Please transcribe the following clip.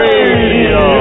Radio